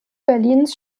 berlins